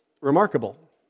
remarkable